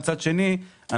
מצד שני,